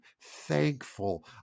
thankful